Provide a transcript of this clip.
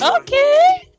Okay